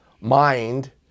mind